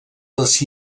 les